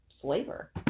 flavor